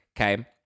Okay